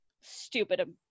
stupid